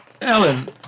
Ellen